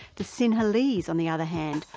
the sinhalese on the other hand,